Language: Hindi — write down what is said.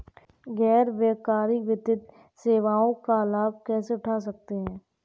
गैर बैंककारी वित्तीय सेवाओं का लाभ कैसे उठा सकता हूँ?